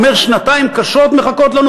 הוא אומר: שנתיים קשות מחכות לנו,